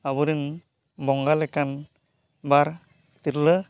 ᱟᱵᱚᱨᱮᱱ ᱵᱚᱸᱜᱟ ᱞᱮᱠᱟᱱ ᱵᱟᱨ ᱛᱤᱨᱞᱟᱹ